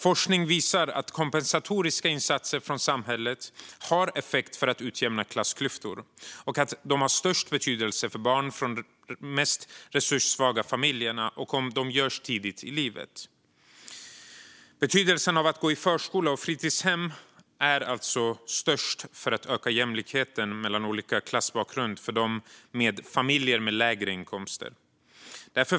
Forskning visar att kompensatoriska insatser från samhället har effekt för att utjämna klassklyftor och att de har störst betydelse för barn från de mest resurssvaga familjerna och om de görs tidigt i livet. Betydelsen av att gå i förskola och fritidshem är alltså störst för att öka jämlikheten mellan människor med olika klassbakgrund och för familjer med låga inkomster.